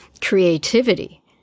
creativity